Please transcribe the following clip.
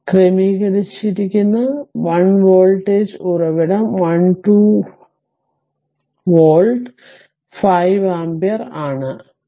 അതിനാൽ ക്രമീകരിച്ചിരിക്കുന്നത് 1 വോൾട്ടേജ് ഉറവിടം 12 വോൾട്ട് 5 ആമ്പിയർ ആണ്